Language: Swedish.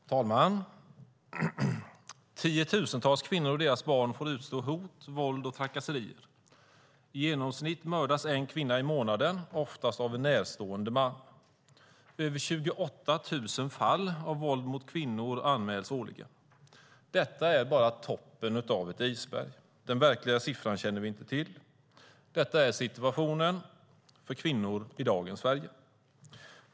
Herr talman! Tiotusentals kvinnor och deras barn får utstå hot, våld och trakasserier. I genomsnitt mördas en kvinna i månaden, oftast av en närstående man. Över 28 000 fall av våld mot kvinnor anmäls årligen. Detta är bara toppen av ett isberg. Den verkliga siffran känner vi inte till. Detta är situationen för kvinnor i dagens Sverige.